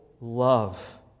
love